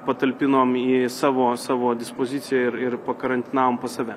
patalpinom į savo savo dispoziciją ir ir pakarantinavom pas save